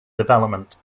development